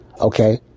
okay